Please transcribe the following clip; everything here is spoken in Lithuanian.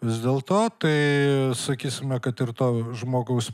vis dėlto tai sakysime kad ir to žmogaus